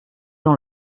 dans